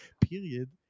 period